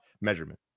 measurement